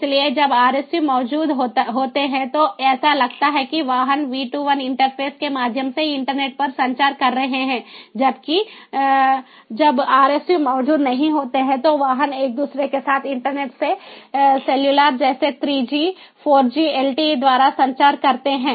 इसलिए जब RSU मौजूद होते हैं तो ऐसा लगता है कि वाहन V2I इंटरफेस के माध्यम से इंटरनेट पर संचार कर रहे हैं जबकि जब RSU मौजूद नहीं होते हैं तो वाहन एक दूसरे के साथ या इंटरनेट से सेलुलरजैसे 3G 4G LTE द्वारा संचार करते हैं